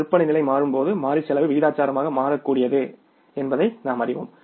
விற்பனை நிலை மாறும்போது மாறி செலவு விகிதாசாரமாக மாறக்கூடியது என்பதை நாம் அறிவோம்